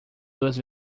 dos